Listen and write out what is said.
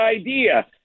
idea